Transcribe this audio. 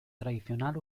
tradicional